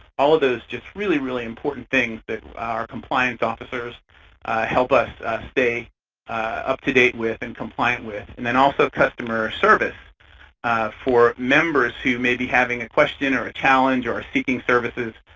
all of those just really, really important things that our compliance officers help us stay up to date with and compliant with. and then also customer service for members who may be having a question or a challenge or seeking services